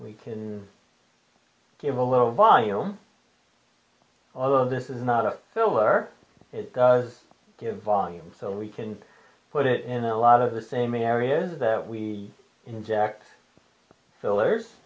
we can give a little volume of this is not a filler it does give volume so we can put it in a lot of the same areas that we inject fillers